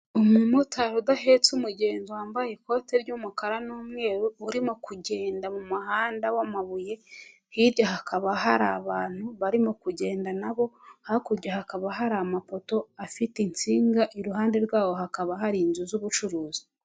Umumotari udahetse umugenzi wambaye ikoti ry'umukara n'umweru urimo kugenda mu muhanda w'amabuye hirya hakaba hari abantu barimo kugenda na bo hakurya hakaba hari amapoto afite insinga iruhande rwawo hakaba hari inzu z'ubucuruzi.